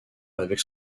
avec